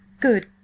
Good